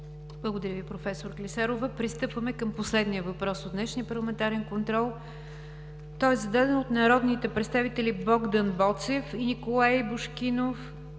Благодаря Ви, професор Клисарова. Пристъпваме към последния въпрос от днешния парламентарен контрол. Той е зададен от народните представители Богдан Боцев, Николай Бошкилов